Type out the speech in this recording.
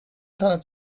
tanne